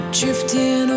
Drifting